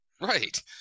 right